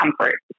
comfort